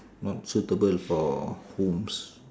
not suitable for homes